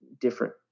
different